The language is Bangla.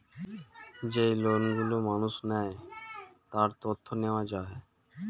যেই লোন গুলো মানুষ নেয়, তার তথ্য নেওয়া যায়